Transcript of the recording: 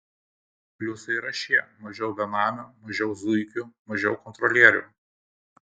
pliusai yra šie mažiau benamių mažiau zuikių mažiau kontrolierių